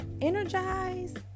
energized